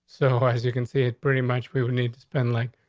so, as you can see, it's pretty much we would need to spend, like,